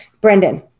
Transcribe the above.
Brendan